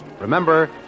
Remember